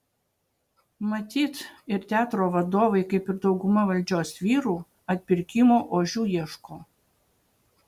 matyt ir teatro vadovai kaip ir dauguma valdžios vyrų atpirkimo ožių ieško